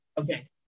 okay